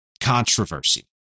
controversy